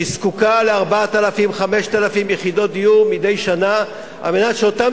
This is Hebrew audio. שזקוקה ל-4,000 5,000 יחידות דיור מדי שנה על מנת שאותם